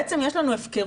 בעצם יש לנו הפקרות,